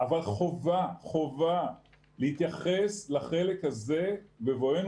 אבל חובה להתייחס לחלק הזה בבואנו